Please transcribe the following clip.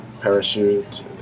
Parachute